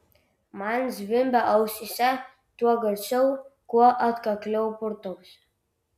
man zvimbia ausyse tuo garsiau kuo atkakliau purtausi